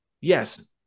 yes